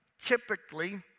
typically